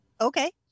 okay